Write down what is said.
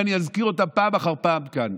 ואני אזכיר אותם פעם אחר פעם כאן,